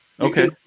okay